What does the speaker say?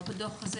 לא בדוח הזה,